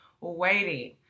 waiting